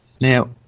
now